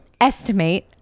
Estimate